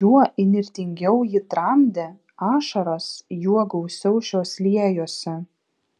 juo įnirtingiau ji tramdė ašaras juo gausiau šios liejosi